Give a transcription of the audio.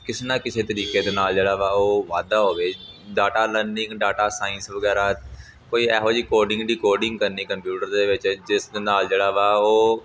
ਕਿਸੇ ਨਾ ਕਿਸੇ ਤਰੀਕੇ ਦੇ ਨਾਲ ਜਿਹੜਾ ਵਾ ਉਹ ਵਾਧਾ ਹੋਵੇ ਡਾਟਾ ਲਰਨਿੰਗ ਡਾਟਾ ਸਾਇੰਸ ਵਗੈਰਾ ਕੋਈ ਇਹੋ ਜਿਹੀ ਕੋਡਿੰਗ ਡੀਕੋਡਿੰਗ ਕਰਨੀ ਕੰਪਿਊਟਰ ਦੇ ਵਿੱਚ ਜਿਸ ਦੇ ਨਾਲ ਜਿਹੜਾ ਵਾ ਉਹ